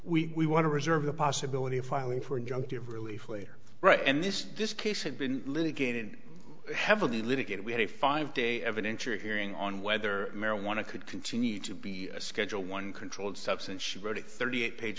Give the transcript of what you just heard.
we want to reserve the possibility of filing for injunctive relief later right and this this case had been litigated heavily litigated we had a five day evidence or hearing on whether marijuana could continue to be a schedule one controlled substance she wrote thirty eight page